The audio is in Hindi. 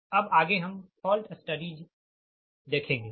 तो अब आगे हम फॉल्ट स्टडीज देखेंगे